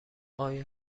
آیا